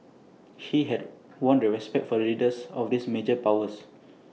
he had won the respect for leaders of these major powers